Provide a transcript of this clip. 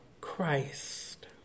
Christ